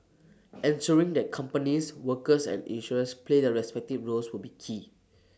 ensuring that companies workers and insurers play their respective roles will be key